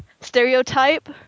stereotype